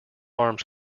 arms